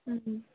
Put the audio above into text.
ꯎꯝ ꯎꯝ